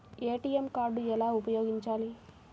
ATM card ఎలా ఉపయోగించాలి?